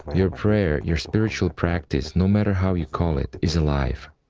your prayer, your spiritual practice, no matter how you call it, is alive.